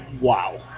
Wow